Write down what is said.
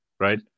Right